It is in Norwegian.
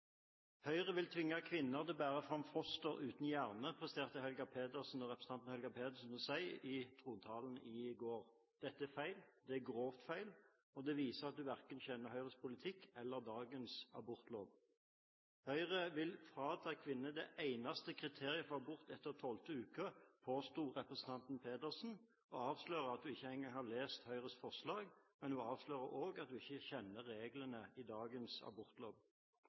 Høyre vil tvinge kvinner til å bære fram foster uten hjerne, presterte representanten Helga Pedersen å si i trontaledebatten i går. Dette er feil. Det er grovt feil. Det viser at hun verken kjenner Høyres politikk eller dagens abortlov. Høyre vil frata kvinnene det eneste kriteriet for abort etter tolvte uke, påsto representanten Pedersen, og avslører at hun ikke engang har lest Høyres forslag. Hun avslører også at hun ikke kjenner reglene i dagens abortlov.